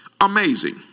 amazing